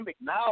now